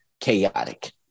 chaotic